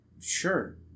sure